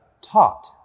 taught